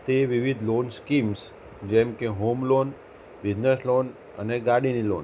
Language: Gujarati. તે વિવિધ લોન સ્કીમ્સ જેમકે હોમ લોન બિઝનેસ લોન અને ગાડીની લોન